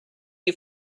you